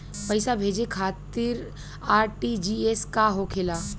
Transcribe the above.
पैसा भेजे खातिर आर.टी.जी.एस का होखेला?